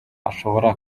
ashobora